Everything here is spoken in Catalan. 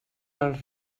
els